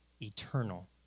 eternal